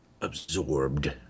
Absorbed